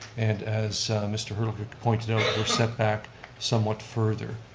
and as mr. herlovitch pointed out, they're set back somewhat further.